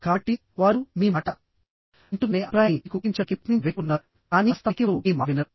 కాబట్టి వారు మీ మాట వింటున్నారనే అభిప్రాయాన్ని మీకు కలిగించడానికి ప్రయత్నించే వ్యక్తులు ఉన్నారుకానీ వాస్తవానికి వారు మీ మాట వినరు